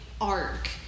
arc